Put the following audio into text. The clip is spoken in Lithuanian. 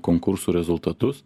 konkursų rezultatus